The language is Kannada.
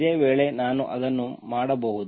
ಇದೇ ವೇಳೆ ನಾನು ಅದನ್ನು ಮಾಡಬಹುದು